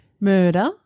Murder